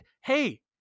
Hey